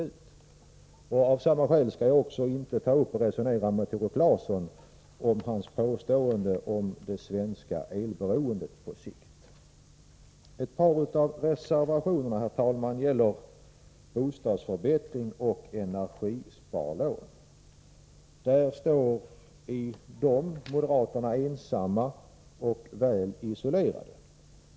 Av samma skäl skall jag inte heller ta upp en diskussion med Tore Claeson om hans påstående om det svenska elberoendet på sikt. Herr talman! Ett par av reservationerna gäller bostadsförbättring och energisparlån. I dessa frågor står moderaterna ensamma och väl isolerade.